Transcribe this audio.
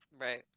right